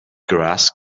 grass